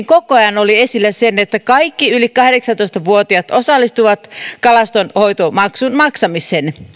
koko ajan oli esillä se että kaikki yli kahdeksantoista vuotiaat osallistuvat kalastonhoitomaksun maksamiseen